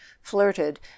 flirted